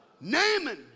Naaman